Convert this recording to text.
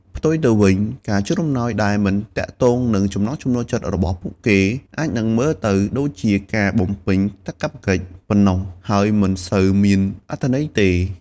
ផ្ទុយទៅវិញ ការជូនអំណោយដែលមិនទាក់ទងនឹងចំណង់ចំណូលចិត្តរបស់ពួកគេ អាចនឹងមើលទៅដូចជាការបំពេញកាតព្វកិច្ចប៉ុណ្ណោះ ហើយមិនសូវមានអត្ថន័យទេ។